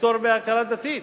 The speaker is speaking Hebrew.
לפטור מטעמי הכרה דתית,